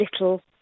little